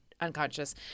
unconscious